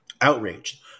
Outraged